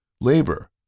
labor